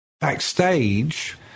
Backstage